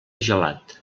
gelat